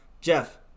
Jeff